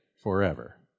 forever